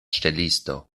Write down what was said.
ŝtelisto